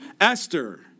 Esther